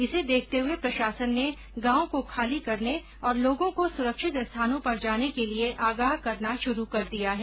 इसे देखते हुए प्रशासन ने गांव को खाली करने और लोगों को सुरक्षित स्थानों पर जाने के लिये आगाह करना शुरू कर दिया है